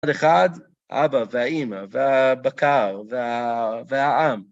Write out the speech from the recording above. אחד, אבא והאימא, והבקר, והעם.